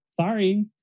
sorry